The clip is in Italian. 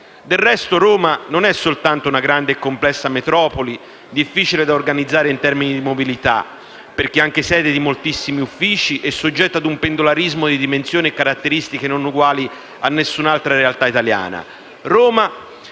Del resto, Roma non è soltanto una grande e complessa metropoli, difficile da organizzare in termini di mobilità perché anche sede di moltissimi uffici e soggetta ad un pendolarismo di dimensioni e caratteristiche non uguali a nessun'altra realtà italiana.